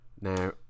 now